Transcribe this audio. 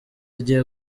zagiye